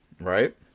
right